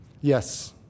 Yes